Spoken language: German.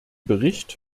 bericht